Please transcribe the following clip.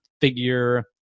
figure